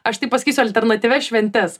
aš taip pasakysiu alternatyvias šventes